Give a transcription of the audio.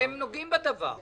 אתם נוגעים בדבר.